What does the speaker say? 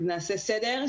אז נעשה סדר,